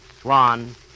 Swan